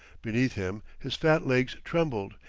beneath him his fat legs trembled,